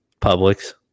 Publix